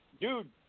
dude